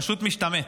פשוט משתמט,